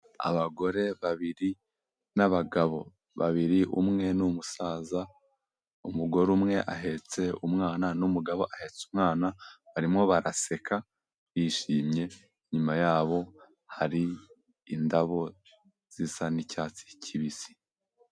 Abagore babiri n'abagabo babiri, umwe ni umusaza, umugore umwe ahetse umwana n'umugabo ahetse umwana, barimo baraseka bishimye, inyuma yabo hari indabo zisa n'icyatsi kibisi.